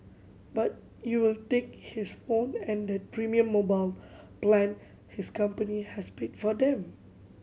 but you'll take his phone and that premium mobile plan his company has paid for him